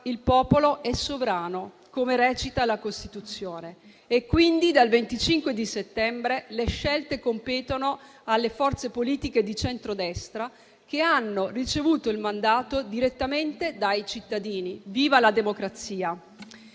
il popolo è sovrano, come recita la Costituzione, e quindi dal 25 settembre le scelte competono alle forze politiche di centrodestra, che hanno ricevuto il mandato direttamente dai cittadini. Viva la democrazia!